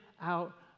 out